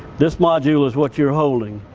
this module is what you're holding.